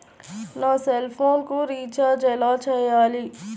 నా సెల్ఫోన్కు రీచార్జ్ ఎలా చేయాలి?